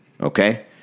Okay